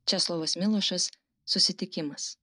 česlovas milošas susitikimas